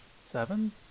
seven